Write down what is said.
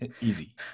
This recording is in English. Easy